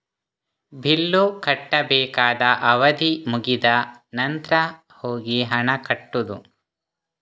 bill ಕಟ್ಟಬೇಕಾದ ಅವಧಿ ಮುಗಿದ ನಂತ್ರ ಹೋಗಿ ಹಣ ಕಟ್ಟುದು